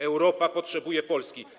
Europa potrzebuje Polski.